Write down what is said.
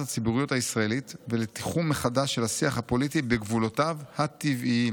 הציבוריות הישראלית ולתחום מחדש של השיח הפוליטי בגבולותיו הטבעיים.